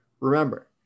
Remember